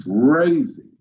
crazy